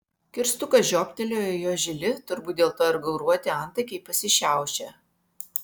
kirstukas žiobtelėjo jo žili turbūt dėl to ir gauruoti antakiai pasišiaušė